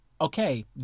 okay